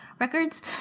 records